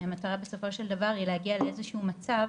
המטרה בסופו של דבר, היא להגיע לאיזשהו מצב,